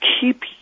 keep